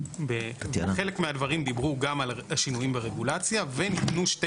בחלק מהדברים דיברו גם על שינויים ברגולציה וניתנו שתי